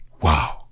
Wow